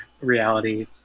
reality